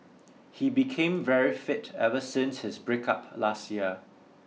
he became very fit ever since his break up last year